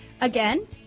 Again